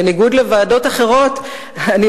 בניגוד לוועדות אחרות שאינן עושות זאת.